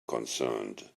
concerned